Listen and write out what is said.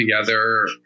together